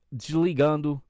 desligando